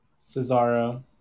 Cesaro